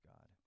God